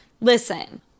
Listen